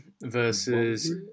versus